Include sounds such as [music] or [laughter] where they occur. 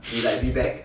[laughs]